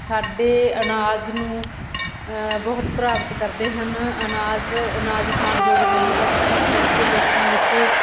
ਸਾਡੇ ਅਨਾਜ ਨੂੰ ਬਹੁਤ ਪ੍ਰਭਾਵਿਤ ਕਰਦੇ ਹਨ ਅਨਾਜ ਅਨਾਜ ਖਾਣ ਯੋਗ ਨਹੀਂ ਰਹਿੰਦਾ ਇਸ ਕਰਕੇ ਲੋਕਾਂ ਵਿੱਚ